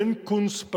אין קונץ,